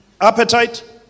Appetite